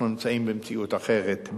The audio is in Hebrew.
אנחנו נמצאים במציאות אחרת,